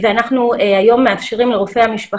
היום פייסבוק